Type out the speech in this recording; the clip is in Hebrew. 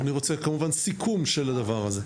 אני רוצה כמובן סיכום של הדבר הזה.